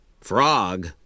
Frog